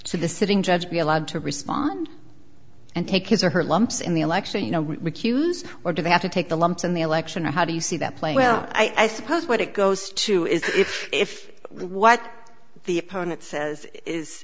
the sitting judge be allowed to respond and take his or her lumps in the election you know cues or do they have to take the lumps in the election or how do you see that play well i suppose what it goes to is if if what the opponent says is